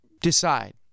decide